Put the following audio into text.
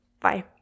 Bye